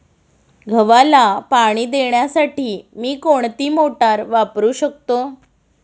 गव्हाला पाणी देण्यासाठी मी कोणती मोटार वापरू शकतो?